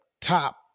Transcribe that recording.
top